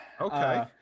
Okay